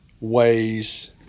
ways